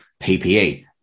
PPE